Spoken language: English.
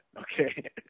Okay